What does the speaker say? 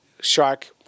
shark